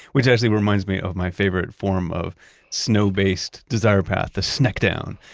which actually reminds me of my favorite form of snow-based desire path, the sneckdown,